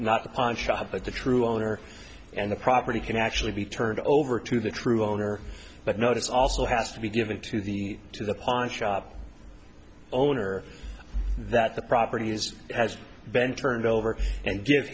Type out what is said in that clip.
upon shop at the true owner and the property can actually be turned over to the true owner but notice also has to be given to the to the pine shop owner that the property is has been turned over